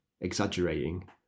exaggerating